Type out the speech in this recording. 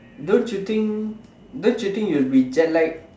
don't you think don't you think you'll be jetlag